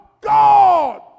God